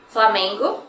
Flamengo